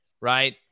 right